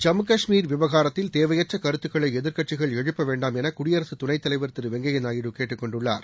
ஜம்மு காஷ்மீர் விவகாரத்தில் தேவையற்ற கருத்துக்களை எதிர்க்கட்சிகள் எழுப்ப வேண்டாம் என குடியரசு துணைத் தலைவர் திரு வெங்கைய நாயுடு கேட்டுக்கொண்டுள்ளார்